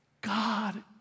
God